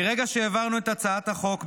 מרגע שהעברנו את הצעת החוק,